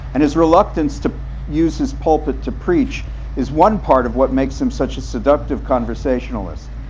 and his reluctance to use his pulpit to preach is one part of what makes him such a seductive conversationalist.